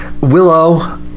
Willow